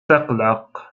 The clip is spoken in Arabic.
تقلق